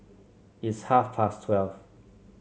its half past twelve